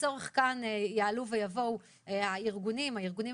לצורך כך יעלו ויבואו הארגונים המרכזיים.